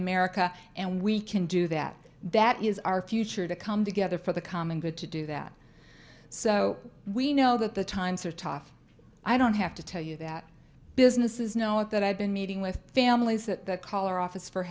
america and we can do that that is our future to come together for the common good to do that so we know that the times are tough i don't have to tell you that businesses know it that i've been meeting with families that color office for